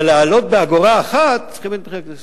אבל להעלות באגורה אחת צריכים את אישור הכנסת.